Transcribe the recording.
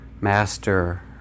master